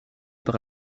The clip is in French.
par